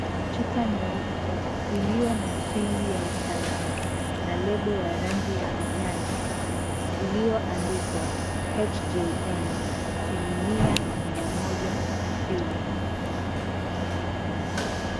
Chupa nyeupe iliyo na [sili] ya usalama na [lebo ]ya rangi ya kijani , iliyo andikwa hjn asilimia mia moja asili.